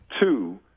Two